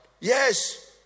yes